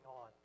on